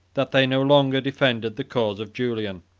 that they no longer defended the cause of julian.